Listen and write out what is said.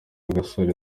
gasore